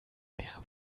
mehr